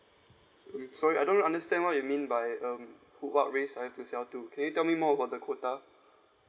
mm sorry I don't understand what you mean by um what ways I have to sell to can you tell me more about the quota